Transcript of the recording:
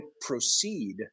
proceed